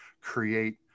create